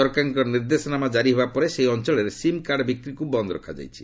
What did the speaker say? ସରକାରଙ୍କ ନିର୍ଦ୍ଦେଶନାମା କାରି ହେବା ପରେ ସେହି ଅଞ୍ଚଳରେ ସିମ୍କାର୍ଡ଼ ବିକ୍ରିକୁ ବନ୍ଦ୍ ରଖାଯାଇଛି